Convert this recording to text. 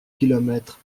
kilomètres